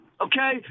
Okay